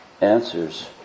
answers